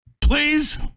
Please